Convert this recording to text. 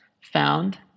found